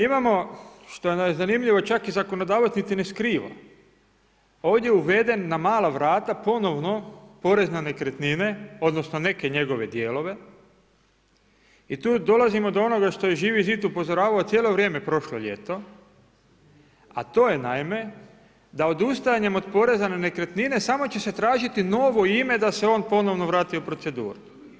Imamo što je zanimljivo čak zakonodavac niti ne skriva, ovdje je uveden na mala vrata ponovno porez na nekretnine odnosno neke njegove dijelove i tu dolazimo do onoga što je Živi zid upozoravao cijelo vrijeme prošlo ljeto, a to je naime da odustajanjem poreza na nekretnine samo će se tražiti novo ime da se on ponovno vrati u proceduru.